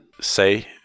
say